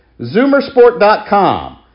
Zoomersport.com